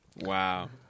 Wow